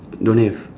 don't have